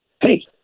Hey